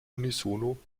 unisono